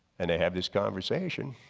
and they have this conversation